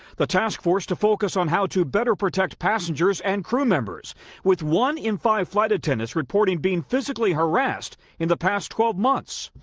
the task force to focus on how to better protect passengers and crew members with one in five flight attendants reporting being physically harassed in the past twelve months.